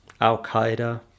Al-Qaeda